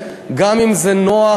גם אם זה נוח,